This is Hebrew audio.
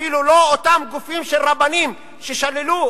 אפילו לא אותם גופים של רבנים ששללו,